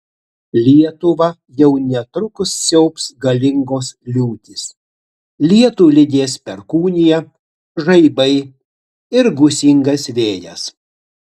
lietuvą jau netrukus siaubs galingos liūtys lietų lydės perkūnija žaibai ir gūsingas vėjas